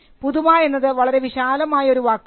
പുതുമ എന്നത് വളരെ വിശാലമായ ഒരു വാക്കാണ്